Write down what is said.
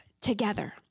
together